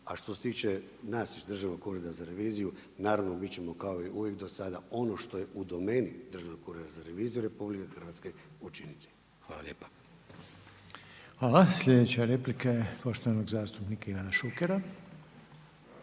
a što se tiče nas iz Državnog ureda za reviziju, naravno mi ćemo kao i uvijek do sada ono što je u domeni Državnog ureda za reviziju RH, učiniti. Hvala lijepa. **Reiner, Željko (HDZ)** Hvala. Slijedeća replika je poštovanog zastupnika Ivana Šukera.